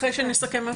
אחרי שנסכם.